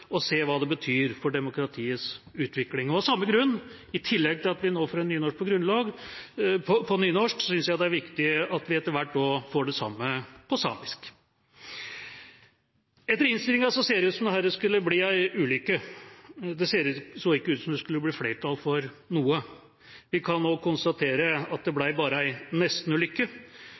og se hva det betyr for demokratiets utvikling. Av samme grunn, i tillegg til at vi nå får en grunnlov på nynorsk, syns jeg det er viktig at vi etter hvert også får Grunnloven på samisk. Etter innstillingen så det ut til at dette skulle bli ei ulykke. Det så ikke ut som det skulle bli flertall for noe. Vi kan nå konstatere at det bare